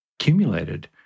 accumulated